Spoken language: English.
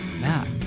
Matt